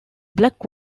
black